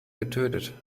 getötet